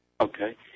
Okay